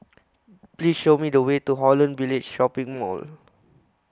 Please Show Me The Way to Holland Village Shopping Mall